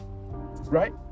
right